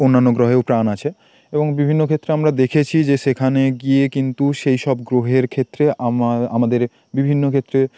অন্যান্য গ্রহেও প্রাণ আছে এবং বিভিন্ন ক্ষেত্রে আমরা দেখেছি যে সেখানে গিয়ে কিন্তু সেই সব গ্রহের ক্ষেত্রে আমার আমাদের বিভিন্ন ক্ষেত্রে